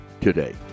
today